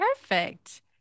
Perfect